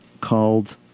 called